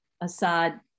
Assad